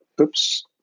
oops